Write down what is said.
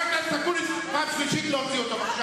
פטפטת כל הזמן.